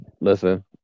listen